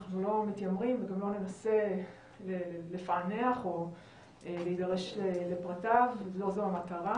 אנחנו לא מתיימרים וגם לא ננסה לפענח או להידרש לפרטיו לא זו המטרה